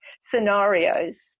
scenarios